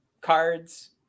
cards